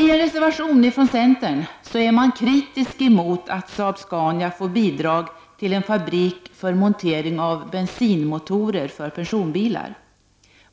I en reservation från centern är man kritisk mot att Saab-Scania får bidrag till en fabrik för montering av bensinmotorer för personbilar.